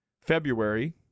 February